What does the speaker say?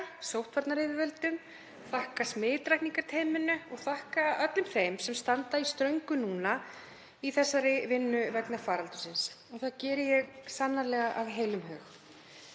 sóttvarnayfirvöldum, þakka smitrakningarteyminu og öllum þeim sem standa í ströngu núna í þessari vinnu vegna faraldursins. Það geri ég sannarlega af heilum hug.